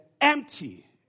empty